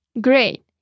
Great